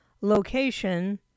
location